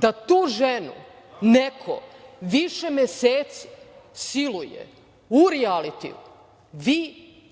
da tu ženu neko više meseci siluje u rijalitiju. Vi